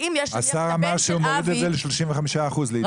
השר אמר שהוא מוריד את זה ל-35%, לידיעתך.